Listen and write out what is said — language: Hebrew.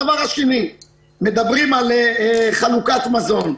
הדבר שני, מדברים על חלוקת מזון.